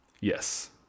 Yes